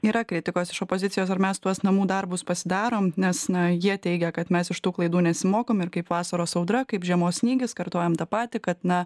yra kritikos iš opozicijos ar mes tuos namų darbus pasidarom nes na jie teigia kad mes iš tų klaidų nesimokom ir kaip vasaros audra kaip žiemos snygis kartojam tą patį kad na